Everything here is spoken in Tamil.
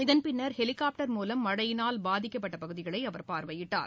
இதன் பின்னர் ஹெலிகாப்டர் மூலம் மழையினால் பாதிக்கப்பட்ட பகுதிகளை பார்வையிட்டார்